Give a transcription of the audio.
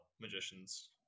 magicians